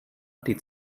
die